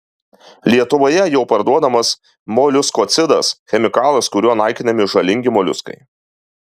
lietuvoje jau parduodamas moliuskocidas chemikalas kuriuo naikinami žalingi moliuskai